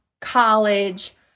college